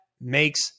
makes